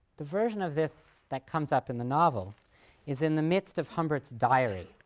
the version of this that comes up in the novel is in the midst of humbert's diary,